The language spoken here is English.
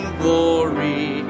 glory